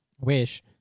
wish